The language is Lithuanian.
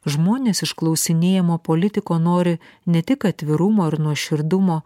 žmonės iš klausinėjamo politiko nori ne tik atvirumo ir nuoširdumo